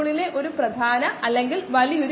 8 ന്റെ വിപരീതം 0